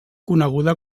coneguda